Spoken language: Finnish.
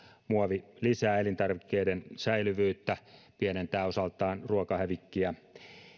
muovi lisää elintarvikkeiden säilyvyyttä pienentää osaltaan ruokahävikkiä